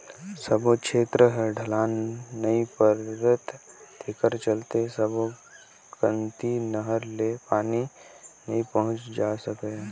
सब्बो छेत्र ह ढलान नइ परय तेखर चलते सब्बो कति नहर ले पानी नइ पहुंचाए जा सकय